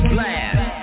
Blast